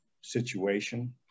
situation